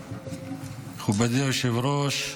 היושב-ראש,